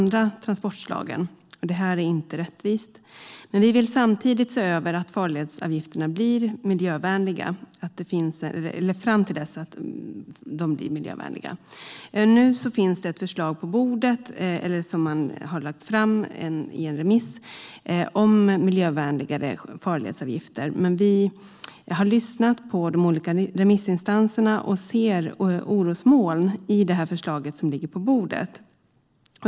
Det är inte rättvist. Men vi vill samtidigt se till att farledsavgifterna blir mer miljövänliga. Nu finns det ett förslag om miljövänligare farledsavgifter som har lagts fram i en remiss. Men vi har lyssnat på de olika remissinstanserna och ser orosmoln i förslaget som ligger på bordet.